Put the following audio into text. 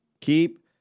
Keep